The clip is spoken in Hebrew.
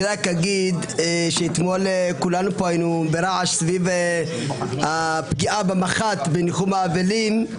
רק אומר שאתמול כולנו היינו ברעש סביב הפגיעה במח"ט בזמן ניחום האבלים,